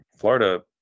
florida